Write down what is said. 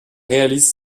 réalise